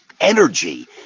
energy